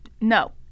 No